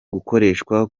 gukoreshwa